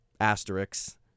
Asterix